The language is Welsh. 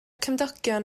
cymdogion